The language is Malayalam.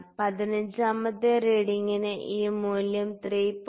പതിനഞ്ചാമത്തെ റീഡിങ്ങിന് ഈ മൂല്യം 3